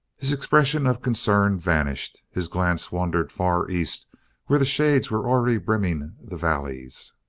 his expression of concern vanished his glance wandered far east where the shades were already brimming the valleys.